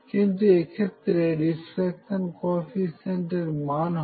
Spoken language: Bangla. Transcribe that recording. কিন্তু এক্ষেত্রে রিফ্লেকশন কোইফিশিয়েন্টের মান 1 হবে